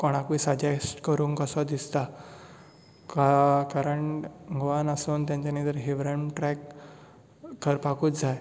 कोणाकूय सजेस्ट करूंक कसो दिसता कारण गोंयांत आसून तांच्यानी जर हीवरेम ट्रेक करपाकूच जाय